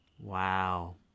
Wow